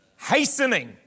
hastening